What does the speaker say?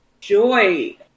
joy